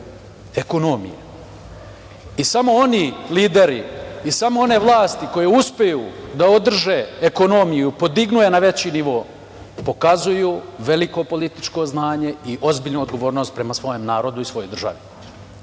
ekonomije. Samo oni lideri i samo one vlasti koje uspeju da održe ekonomiju, podignu je na veći nivo, pokazuju veliko političko znanje i ozbiljnu odgovornost prema svom narodu i svojoj državi. Meni